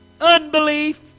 unbelief